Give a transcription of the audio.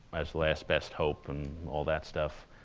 last last best hope and all that stuff,